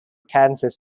kansas